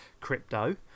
crypto